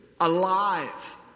alive